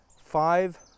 five